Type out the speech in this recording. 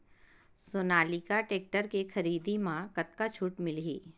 Sonalika tractor के खरीदी मा कतका छूट मीलही?